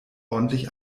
ordentlich